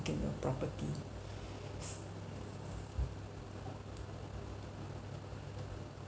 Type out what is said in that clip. get a property